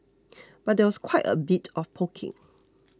but there was quite a bit of poking